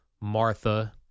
Martha